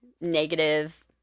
negative